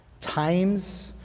times